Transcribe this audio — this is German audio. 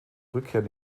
rückkehr